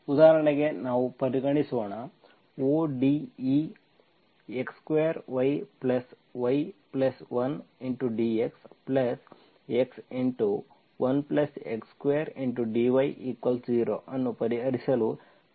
ಉದಾಹರಣೆಗೆ ನಾವು ಪರಿಗಣಿಸೋಣ ODE x2yy1dx x1x2dy0 ಅನ್ನು ಪರಿಹರಿಸಲು ಪ್ರಯತ್ನಿಸಿ